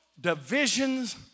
divisions